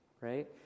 Right